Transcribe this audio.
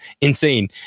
insane